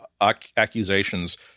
accusations